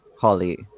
Holly